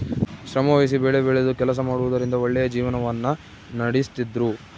ಶ್ರಮವಹಿಸಿ ಬೆಳೆಬೆಳೆದು ಕೆಲಸ ಮಾಡುವುದರಿಂದ ಒಳ್ಳೆಯ ಜೀವನವನ್ನ ನಡಿಸ್ತಿದ್ರು